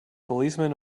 policemen